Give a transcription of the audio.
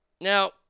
Now